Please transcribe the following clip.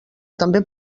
també